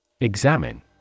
Examine